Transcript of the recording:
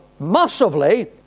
Massively